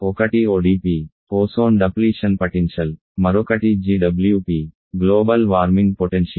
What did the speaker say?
ఒకటి ODP ozone క్షీణత సంభావ్యత మరొకటి GWP గ్లోబల్ వార్మింగ్ పొటెన్షియల్